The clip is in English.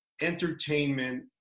entertainment